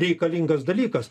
reikalingas dalykas